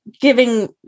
giving